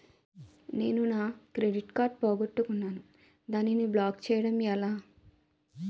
నేను నా credit card పోగొట్టుకున్నాను దానిని బ్లాక్ చేయడం ఎలా?